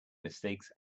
mistakes